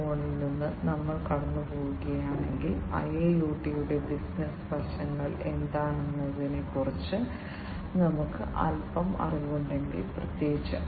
അതിനാൽ വ്യത്യസ്ത സെൻസറുകൾ സെൻസിംഗ് ആക്ച്വേഷൻ എന്നിവയുടെ ആമുഖ പ്രശ്നങ്ങളെക്കുറിച്ച് ഞങ്ങൾ സംസാരിച്ചപ്പോൾ വ്യത്യസ്ത സെൻസറുകൾ ഉണ്ട്